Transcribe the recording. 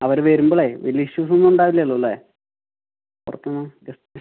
അവർ വരുമ്പോൾ വലിയ ഇഷ്യൂസൊന്നും ഉണ്ടാവില്ലല്ലോ അല്ലേ ഉറപ്പാണോ ജസ്റ്റ്